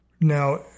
Now